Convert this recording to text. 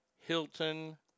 Hilton